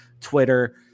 Twitter